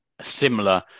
similar